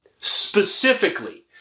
specifically